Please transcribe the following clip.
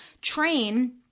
train